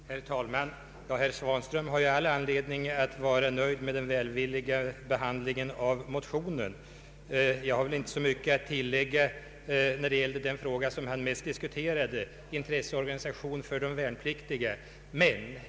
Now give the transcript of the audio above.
Herr talman! Herr Svanström har all anledning att vara nöjd med den välvilliga behandlingen av motionen. Jag har inte så mycket att tillägga när det gäller den fråga han mest diskuterade, nämligen intresseorganisationen för de värnpliktiga.